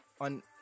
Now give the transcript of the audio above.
on